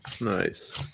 Nice